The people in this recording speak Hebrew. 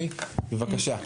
בבקשה.